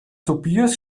tobias